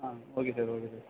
ah okay sir okay sir